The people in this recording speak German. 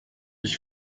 ich